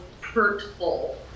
hurtful